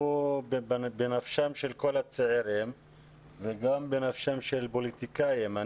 הוא בנפשם של כל הצעירים וגם בנפשם של פוליטיקאים.